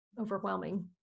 overwhelming